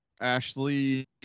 Ashley